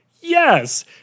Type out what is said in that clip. Yes